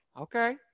Okay